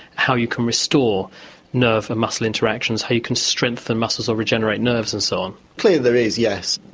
how you can restore nerve and muscle interactions, how you can strengthen muscles, or regenerate nerves, and so on? clearly there is, yes.